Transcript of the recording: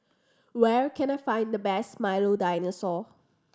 where can I find the best Milo Dinosaur